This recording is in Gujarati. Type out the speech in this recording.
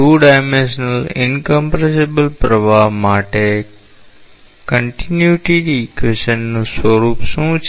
2 ડાયમેન્શ્યલ ઇનક્મ્પ્રેસેબલ પ્રવાહ માટે નું સ્વરૂપ શું છે